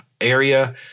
area